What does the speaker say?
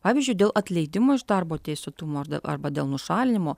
pavyzdžiui dėl atleidimo iš darbo teisėtumo arba dėl nušalinimo